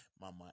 Mama